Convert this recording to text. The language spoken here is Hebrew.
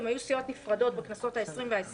הן היו סיעות נפרדות בכנסות העשרים והעשרים-ואחת.